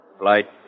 Flight